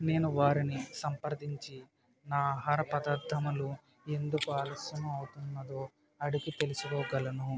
నేను వారిని సంప్రదించి నా ఆహార పదార్థములు ఎందుకు ఆలస్యం అవుతున్నదో అడిగి తెలుసుకోగలను